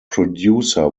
producer